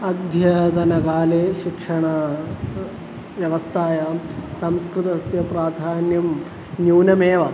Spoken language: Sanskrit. अद्यतनकाले शिक्षणव्यवस्थायां संस्कृतस्य प्राधान्यं न्यूनमेव